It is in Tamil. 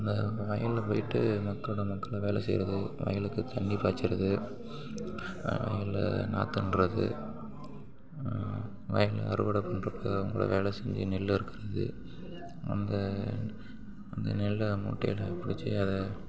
அந்த வயலில் போய்விட்டு மக்களோடய மக்களாக வேலை செய்கிறது வயலுக்குத் தண்ணி பாய்ச்சறது வயலில் நாற்று நடுறது வயலில் அறுவடை பண்ணுறப்ப அவங்களோட வேலை செஞ்சு நெல் அறுக்கிறது அந்த அந்த நெல்லை மூட்டையில் பிடிச்சி அதை